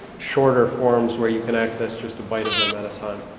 shorter forms where you can access just a byte of them at a time.